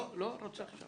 לא, לא רוצה עכשיו.